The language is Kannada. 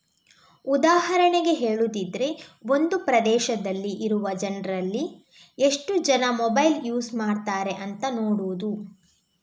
ಉದಾಹರಣೆಗೆ ಹೇಳುದಿದ್ರೆ ಒಂದು ಪ್ರದೇಶದಲ್ಲಿ ಇರುವ ಜನ್ರಲ್ಲಿ ಎಷ್ಟು ಜನ ಮೊಬೈಲ್ ಯೂಸ್ ಮಾಡ್ತಾರೆ ಅಂತ ನೋಡುದು